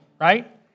right